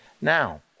now